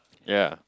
ya